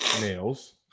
nails